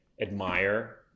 admire